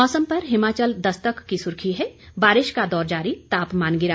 मौसम पर हिमाचल दस्तक की सुर्खी है बारिश का दौर जारी तापमान गिरा